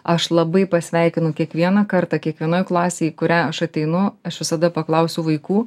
aš labai pasveikinu kiekvieną kartą kiekvienoj klasėj į kurią aš ateinu aš visada paklausiu vaikų